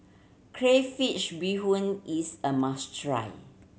crayfish beehoon is a must try